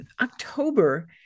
October